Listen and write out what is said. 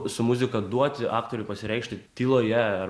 su muzika duoti aktoriui pasireikšti tyloje